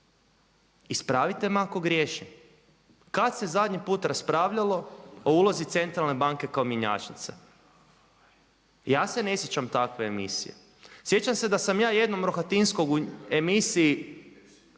Ispravite me ako griješim, kada se zadnji put raspravljalo o ulozi centralne banke kao mjenjačnice? Ja se ne sjećam takve emisije. Sjećam se da sam ja jednom Rohatinskog u emisiji